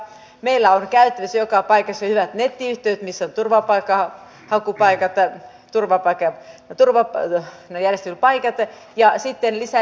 toinen on että asianosaisten ja asiantuntijoiden komiteatyössä tapahtuvan kuulemisen ja osallistumisen pois jääminen on johtanut yksisilmäiseen valmisteluun ja ministerille läheisten erityisintressien perusteettomaan ja piiloteltuun suosimiseen